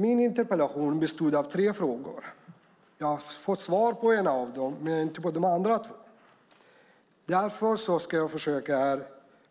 Min interpellation bestod av tre frågor. Jag har fått svar på en av dem men inte på de andra två. Därför ska jag försöka